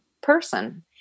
person